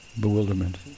bewilderment